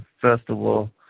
festival